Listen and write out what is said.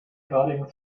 plodding